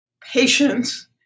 patience